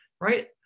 right